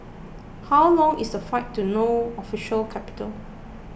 how long is the flight to No Official Capital